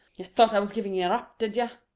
yer thought i was giving yer up, did yer,